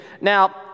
Now